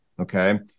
okay